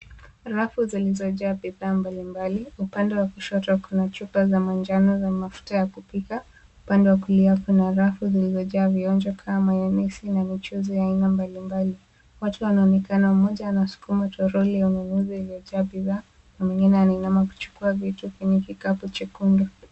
Rafu zilizojaa bidhaa mbali mbali upande wa kushoto Kuna chupa za manjano za mafuta ya kupika. Upande wa kulia kuna rafu zilizojaa vionjo na michuuzi mbali mbali. Watu wanaonekana, mmoja anasukuma troli ya ununuzi iliyojaa bidhaa na mwingine anainama kuchukua vitu kwenye kikapu chekundu.